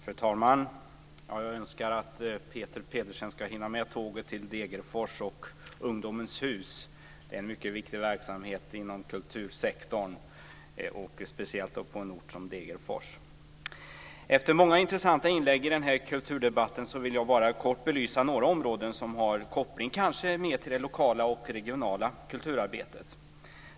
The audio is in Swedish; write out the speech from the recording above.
Fru talman! Jag önskar att Peter Pedersen ska hinna med tåget till Degerfors och Ungdomens hus. Det är en mycket viktig verksamhet inom kultursektorn, speciellt på en ort som Degerfors. Efter många intressanta inlägg i denna kulturdebatt vill jag bara kort belysa några områden som har en koppling till det mer lokala och regionala kulturarbetet.